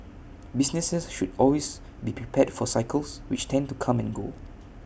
businesses should always be prepared for cycles which tend to come and go